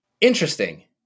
Interesting